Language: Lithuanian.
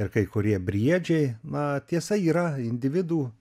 ir kai kurie briedžiai na tiesa yra individų